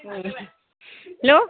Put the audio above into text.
hello